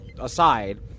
aside